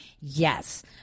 yes